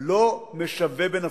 לא משווה בנפשו.